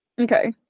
Okay